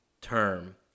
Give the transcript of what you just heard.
term